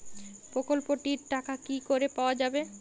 প্রকল্পটি র টাকা কি করে পাওয়া যাবে?